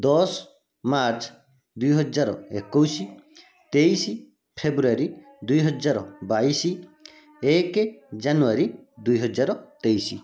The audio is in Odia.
ଦଶ ମାର୍ଚ୍ଚ ଦୁଇହଜାର ଏକୋଇଶ ତେଇଶ ଫେବୃଆରୀ ଦୁଇହଜାର ବାଇଶ ଏକ ଜାନୁଆରୀ ଦୁଇହଜାର ତେଇଶ